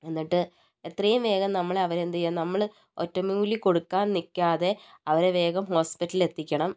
എന്നിട്ട് എത്രയും വേഗം നമ്മൾ അവരെ എന്താ ചെയ്യുക നമ്മൾ ഒറ്റമൂലി കൊടുക്കാൻ നിൽക്കാതെ അവരെ വേഗം ഹോസ്പിറ്റലിൽ എത്തിക്കണം